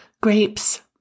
Grapes